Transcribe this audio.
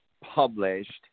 published